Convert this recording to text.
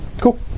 Cool